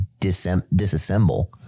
disassemble